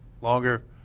longer